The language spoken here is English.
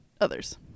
others